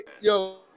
Yo